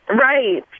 Right